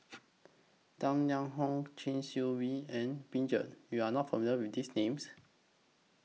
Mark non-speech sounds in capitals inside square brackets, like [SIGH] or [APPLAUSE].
Tang Liang Hong Chee Swee V and [UNINTELLIGIBLE] YOU Are not familiar with These Names